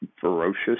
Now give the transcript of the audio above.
ferocious